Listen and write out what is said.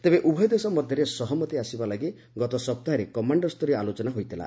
ତେବେ ଉଭୟ ଦେଶ ମଧ୍ୟରେ ସହମତି ଆସିବା ଲାଗି ଗତ ସପ୍ତାହରେ କମାଣ୍ଡରସ୍ତରୀୟ ଆଲୋଚନା ହୋଇଥିଲା